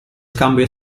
scambio